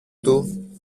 του